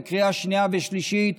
בקריאה שנייה ושלישית,